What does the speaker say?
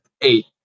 eight